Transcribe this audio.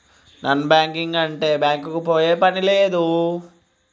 Non banking అంటే bank కి పోయే పని లేదా?